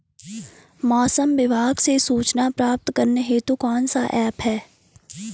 मौसम विभाग से सूचना प्राप्त करने हेतु कौन सा ऐप है?